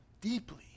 deeply